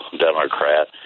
Democrat